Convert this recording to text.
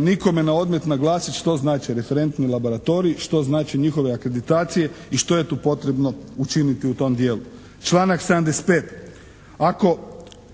nikome na odmet naglasiti što znače referentni laboratoriji, što znači njihove akreditacije i što je tu potrebno učiniti u tom dijelu. Članak 75.